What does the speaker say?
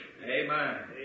Amen